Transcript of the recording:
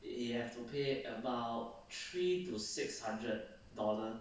you have to pay about three to six hundred dollar